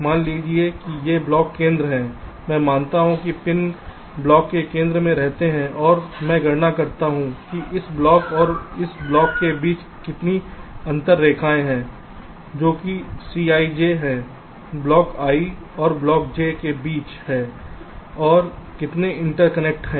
मान लीजिए कि ये ब्लॉक केंद्र हैं मैं मानता हूं कि पिन ब्लॉक के केंद्रों में रहते हैं और मैं गणना करता हूं कि इस ब्लॉक और इस ब्लॉक के बीच कितनी अंतर रेखाएं हैं जो कि cij हैं block i और block j के बीच हैं और कितने इंटरकनेक्ट हैं